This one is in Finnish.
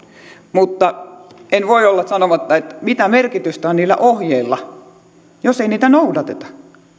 mutta en voi olla sanomatta että mitä merkitystä on niillä ohjeilla jos ei niitä noudateta